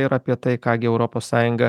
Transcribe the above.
ir apie tai ką gi europos sąjunga